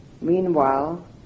meanwhile